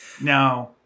Now